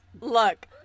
Look